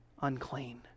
unclean